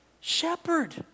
shepherd